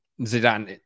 Zidane